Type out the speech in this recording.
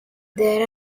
there